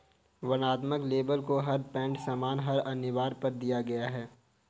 वर्णनात्मक लेबल को हर पैक्ड सामान पर अनिवार्य कर दिया गया है